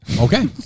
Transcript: Okay